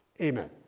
Amen